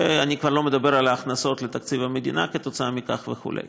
ואני כבר לא מדבר על ההכנסות לתקציב המדינה כתוצאה מכך וכו'.